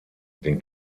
den